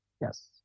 Yes